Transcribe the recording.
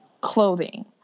clothing